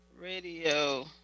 Radio